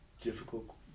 difficult